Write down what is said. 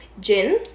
Gin